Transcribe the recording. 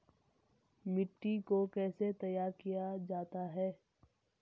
मिट्टी को कैसे तैयार किया जाता है?